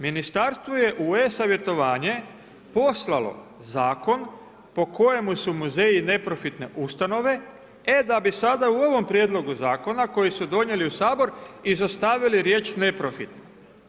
Ministarstvo je u e-savjetovanje poslalo zakon po kojima su muzeji neprofitne ustanove, e da bi sada u ovome prijedlogu zakona koji su donijeli u Sabor izostavili riječ ne profit.